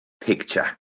picture